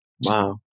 Wow